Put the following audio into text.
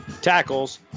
tackles